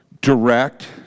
direct